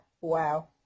Wow